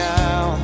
now